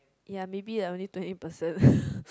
ya maybe that only twenty percent